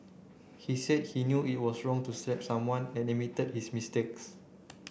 he said he knew it was wrong to slap someone and admitted his mistakes